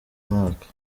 mwaka